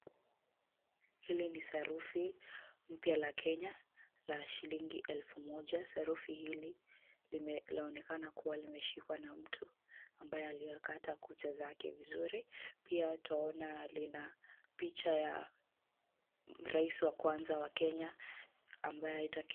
Hili ni sarufi mpya la Kenya la shilingi elfu moja. Sarufi hili laonekana kuwa limeshikwa na mtu ambaye aliyekata kucha zake vizuri. Pia twaona lina picha ya rais wa kwanza Kenya ambaye anaitwa Kenyatta.